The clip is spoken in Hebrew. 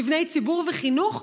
מבני ציבור וחינוך,